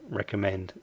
recommend